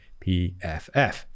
PFF